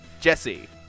Jesse